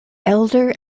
elder